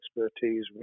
expertise